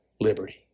liberty